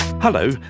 Hello